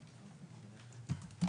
הזה